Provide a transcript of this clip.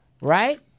right